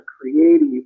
creative